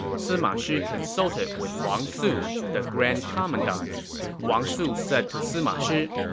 sima shi consulted with wang su, the grand commandant wang su said to sima shi,